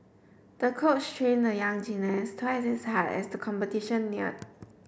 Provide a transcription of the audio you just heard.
the coach trained the young gymnast twice as hard as the competition neared